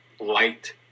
light